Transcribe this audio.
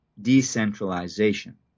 decentralization